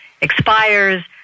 expires